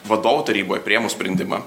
vadovų taryboj priėmus sprendimą